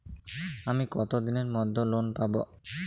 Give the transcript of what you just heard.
আমি কতদিনের মধ্যে লোন পাব?